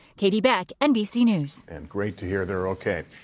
catie beck, nbc news. and great to hear they're okay.